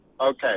Okay